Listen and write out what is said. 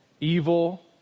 evil